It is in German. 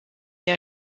der